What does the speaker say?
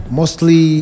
mostly